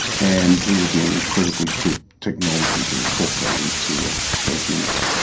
and it will be an incredibly cheap technology to incorporate into those units.